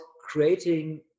creating